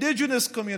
indigenous community,